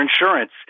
insurance